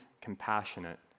compassionate